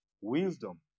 wisdom